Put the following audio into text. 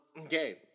Okay